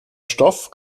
stoff